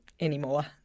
anymore